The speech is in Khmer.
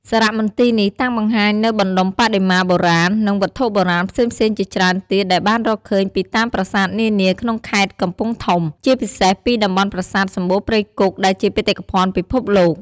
សារមន្ទីរនេះតាំងបង្ហាញនូវបណ្តុំបដិមាបុរាណ និងវត្ថុបុរាណផ្សេងៗជាច្រើនទៀតដែលបានរកឃើញពីតាមប្រាសាទនានាក្នុងខេត្តកំពង់ធំ ជាពិសេសពីតំបន់ប្រាសាទសំបូរព្រៃគុកដែលជាបេតិកភណ្ឌពិភពលោក។